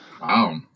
Wow